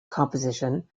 composition